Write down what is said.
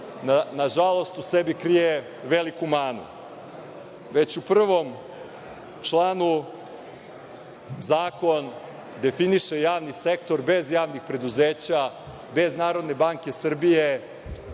nažalost, u sebi krije veliku manu. Već u prvom članu Zakon definiše javni sektor bez javnih preduzeća, bez NBS i bez